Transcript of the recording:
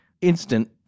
instant